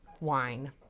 wine